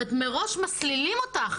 זאת אומרת מראש מסלילים אותך.